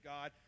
God